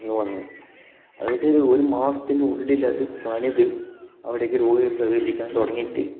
ഒന്ന് വന്ന് അതെന്ന് വെച്ചാല് ഒരു മാസത്തിനുള്ളില് അത് പണിത് അവിടേക്ക് രോഗികളെ പ്രവേശിക്കാൻ തുടങ്ങിയിട്ട് ഉണ്ട്